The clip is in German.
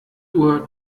uhr